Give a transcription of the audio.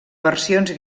versions